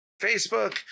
Facebook